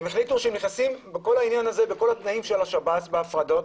הם החליטו שהם נכנסים בכל התנאים של שירות בתי הסוהר בהפרדות.